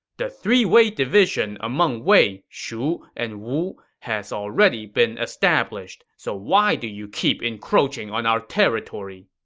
the three-way division among wei, shu, and wu has already been established. so why do you keep encroaching on our territory?